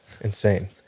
Insane